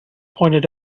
pointed